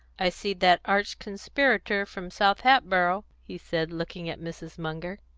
i see that arch-conspirator from south hatboro', he said, looking at mrs. munger.